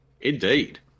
Indeed